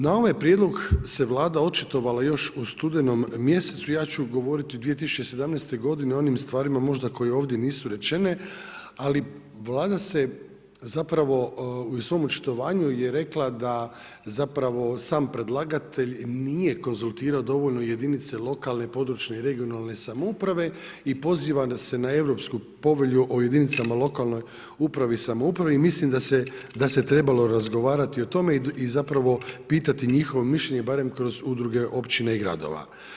Na ovaj prijedlog se Vlada očitovala još u studenom mjesecu, ja ću govoriti o 2017. godini o onim stvarima možda koje ovdje nisu rečene, ali Vlada zapravo u svom očitovanju je rekla da zapravo sam predlagatelj nije konzultirao dovoljno jedinice lokalne i područne (regionalne) samouprave, i poziva nas se na Europsku povelju o jedinicama lokalne upravi i samoupravi i mislim da se trebalo razgovarati o tome i zapravo pitati njihovo mišljenje barem kroz udruge općina i gradova.